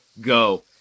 go